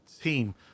team